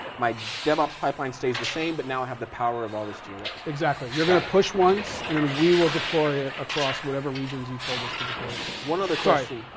my devops pipeline stays the same, but now i have the power of all these theoretically. exactly, you're gonna push once and then we will deploy across whatever regions you told us to deploy to. one other question.